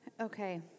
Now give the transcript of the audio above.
Okay